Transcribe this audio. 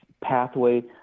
pathway